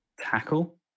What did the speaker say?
tackle